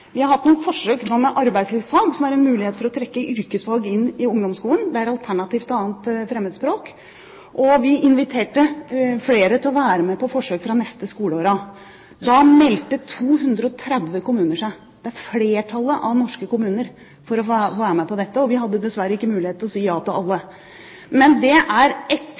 Vi har hatt noen forsøk nå med arbeidslivsfag som en mulighet for å trekke yrkesfag inn i ungdomsskolen. Det er et alternativ til annet fremmedspråk. Vi inviterte flere til å være med på forsøk fra neste skoleår av. Da meldte 230 kommuner seg. Flertallet av norske kommuner vil være med på dette. Vi hadde dessverre ikke mulighet til å si ja til alle. Men det er